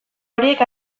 horiek